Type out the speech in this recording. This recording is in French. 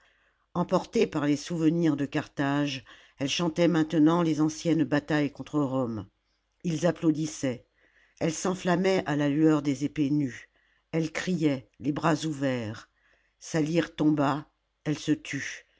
emportée par les souvenirs de carthage elle chantait maintenant les anciennes batailles contre rome ils applaudissaient elle s'enflammait à la lueur des épées nues elle criait les bras ouverts sa lyre tomba elle se tut